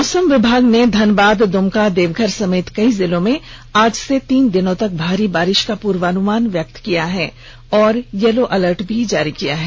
मौसम विभाग ने धनबाद दुमका देवघर समेत कई जिलों में आज से तीन दिनों तक भारी बारिश का पूर्वानुमान व्यक्त करते हुए येलो अलर्ट जारी किया है